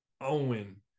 Owen